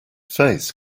face